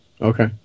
Okay